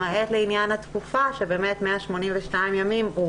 למעט לעניין התקופה כאשר 182 ימים זאת